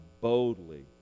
boldly